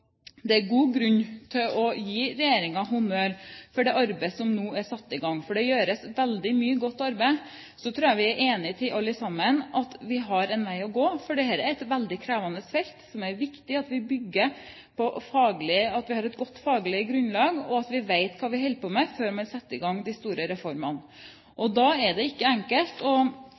det er god grunn til å gi regjeringen honnør for det arbeidet som nå er satt i gang, for det gjøres veldig mye godt arbeid. Så tror jeg vi alle er enige om at vi har en vei å gå, for dette er et veldig krevende felt, hvor det er viktig at vi har et godt faglig grunnlag, og at vi vet hva vi holder på med, før man setter i gang de store reformene. Da er det ikke enkelt å